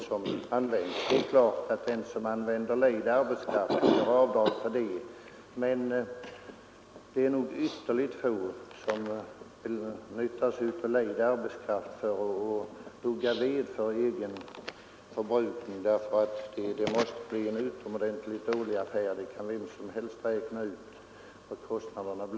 Det är klart att den som använder lejd arbetskraft får göra avdrag för kostnaden, men det är nog ytterligt få som lejer arbetskraft för att hugga ved för egen förbrukning. Att det måste bli en utomordentligt dålig affär kan vem som helst räkna ut.